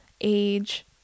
age